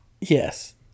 Yes